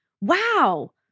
Wow